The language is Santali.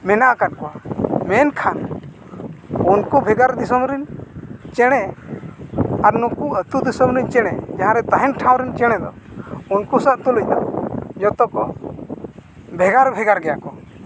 ᱢᱮᱱᱟᱜ ᱟᱠᱟᱫ ᱠᱚᱣᱟ ᱢᱮᱱᱠᱷᱟᱱ ᱩᱱᱠᱩ ᱵᱷᱮᱜᱟᱨ ᱫᱤᱥᱚᱢ ᱨᱮᱱ ᱪᱮᱬᱮ ᱟᱨ ᱱᱩᱠᱩ ᱟᱹᱛᱩ ᱫᱤᱥᱚᱢ ᱨᱮᱱ ᱪᱮᱬᱮ ᱡᱟᱦᱟᱸ ᱨᱮ ᱛᱟᱦᱮᱱ ᱴᱷᱟᱶ ᱨᱮᱱ ᱪᱮᱬᱮ ᱫᱚ ᱩᱱᱠᱩ ᱥᱟᱵ ᱛᱩᱞᱩᱡ ᱫᱚ ᱡᱚᱛᱚ ᱠᱚ ᱵᱷᱮᱜᱟᱨ ᱵᱷᱮᱜᱟᱨ ᱜᱮᱭᱟ ᱠᱚ